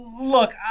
look